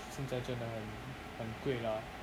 现在真的很很贵啦